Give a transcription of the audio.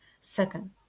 second